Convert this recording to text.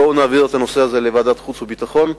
בואו נעביר את הנושא הזה לוועדת החוץ והביטחון,